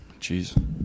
Jeez